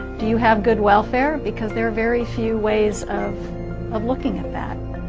do you have good welfare? because there are very few ways of of looking at that.